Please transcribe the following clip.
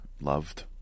loved